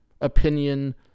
opinion